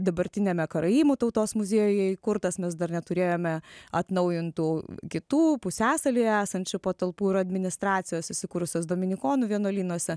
dabartiniame karaimų tautos muziejuje įkurtas mes dar neturėjome atnaujintų kitų pusiasalyje esančių patalpų ir administracijos įsikūrusios dominikonų vienuolynuose